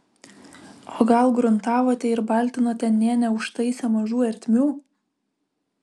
o gal gruntavote ir baltinote nė neužtaisę mažų ertmių